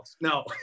no